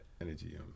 energy